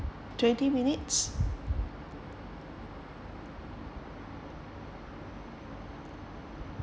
twenty minutes